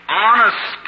honest